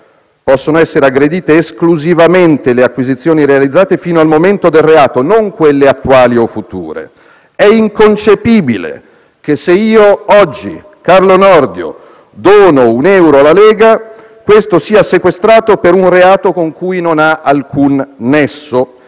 Possono essere aggredite esclusivamente le acquisizioni realizzate fino al momento del reato, non quelle attuali o future. È inconcepibile che se io oggi» dice Carlo Nordio «dono un euro alla Lega, questo sia sequestrato per un reato con cui non ha alcun nesso».